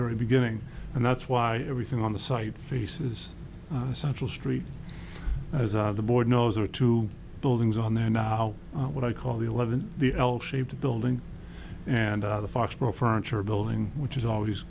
very beginning and that's why everything on the site faces central street as the board knows or two buildings on there now what i call the eleven the l shaped building and the foxboro furniture building which is always